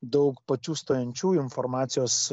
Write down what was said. daug pačių stojančiųjų informacijos